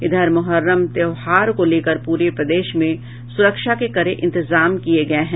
इधर मुहर्रम त्योहार को लेकर पूरे प्रदेश में सुरक्षा के कड़े इंतजाम किये गये हैं